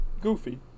Goofy